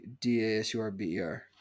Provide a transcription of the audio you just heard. D-A-S-U-R-B-E-R